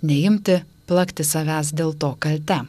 neimti plakti savęs dėl to kalte